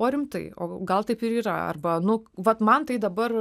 o rimtai o gal taip ir yra arba nu vat man tai dabar